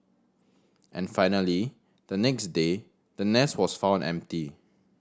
and finally the next day the nest was found empty